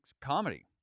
comedy